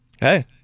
Hey